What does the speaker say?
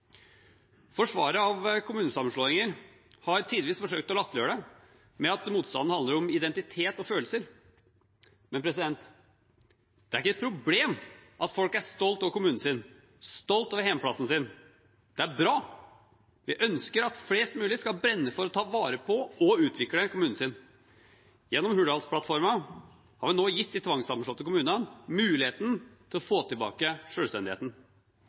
av kommunesammenslåinger har tidvis forsøkt å latterliggjøre motstanden med at det handler om identitet og følelser. Men det er ikke et problem at folk er stolt over kommunen sin, stolt over hjemplassen sin, det er bra. Vi ønsker at flest mulig skal brenne for å ta vare på og utvikle kommunen sin. Gjennom Hurdalsplattformen har vi nå gitt de tvangssammenslåtte kommunene muligheten til å få tilbake